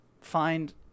find